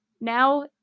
now